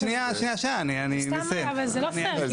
זה לא פייר.